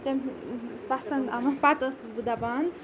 تم پَسنٛد آوان پَتہٕ ٲسٕس بہٕ دَپان